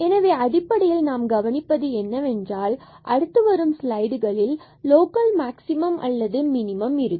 எனவே அடிப்படையில் நாம் கவனிப்பது என்னவென்றால் அடுத்து வரும் ஸ்லைடுகளில் லோக்கல் மேக்ஸிமம் அல்லது மினிமம் இருக்கும்